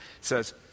says